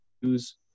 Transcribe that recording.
use